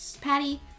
Patty